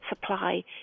supply